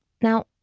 Now